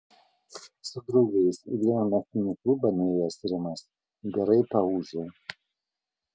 su draugais į vieną naktinį klubą nuėjęs rimas gerai paūžė